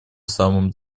самом